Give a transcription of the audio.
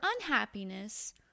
unhappiness